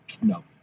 No